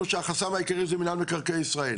שהחסם העיקרי זה מנהל מקרקעי ישראל.